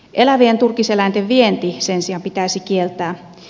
elävien turkiseläinten vienti sen sijaan pitäisi kieltää